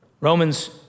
Romans